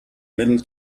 middle